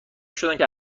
شدندکه